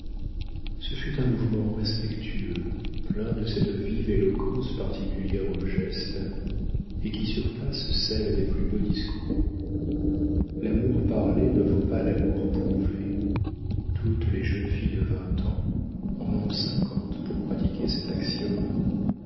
ce fut un mouvement respectueux plein de cette vive éloquence particulière au geste et qui surpasse celle des plus beaux discours l'amour parlé ne vaut pas l'amour prouvé toutes les jeunes filles de vingt ans en ont cinquante pour pratiquer cet axiome